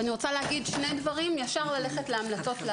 ואני רוצה להגיד שני דברים ישר ללכת להמלצות,